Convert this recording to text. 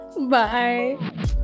Bye